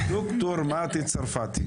צרפתי.